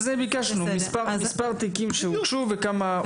ביקשנו מספר תיקים שהוגשו וכמה אושרו בסוף.